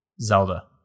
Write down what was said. Zelda